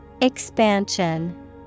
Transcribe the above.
Expansion